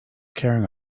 carrying